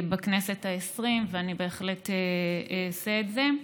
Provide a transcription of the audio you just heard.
בכנסת העשרים, ואני בהחלט אעשה את זה.